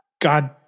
God